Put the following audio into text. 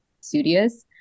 studious